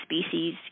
species